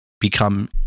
become